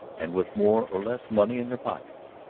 and with more or less money in their pockets.